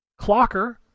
Clocker